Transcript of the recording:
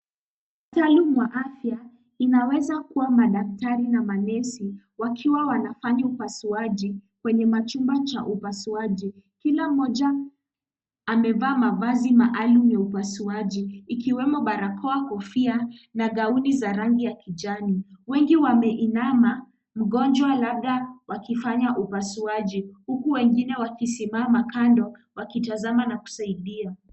Mtaalam wa afya inaweza kua madaktari na manesi wakiwa wanafanya upasuaji kwenye machumba ya upasuaji. Kila mmoja amevaa mavazi maalum ya upasuaji ikiwemo barakoa, kofia na gauni za rangi ya kijani. Wengi wameinama mgonjwa amelala wakifanya upasuaji huku wengine wakisimama kando wakitazama na kusaidia.